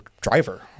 driver